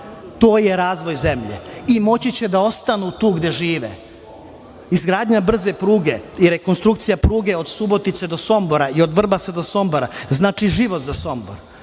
To je razvoj zemlje i moći će da ostanu tu gde žive. Izgradnja brze pruge i rekonstrukcija pruge od Subotice do Sombora i od Vrbasa do Sombora znači život za Sombor.